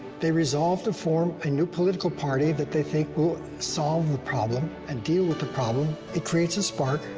they resolve to form a new political party that they think will solve the problem, and deal with the problem. it creates a spark.